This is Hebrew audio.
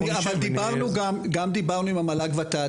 אבל גם דיברנו עם המל"ג-ות"ת,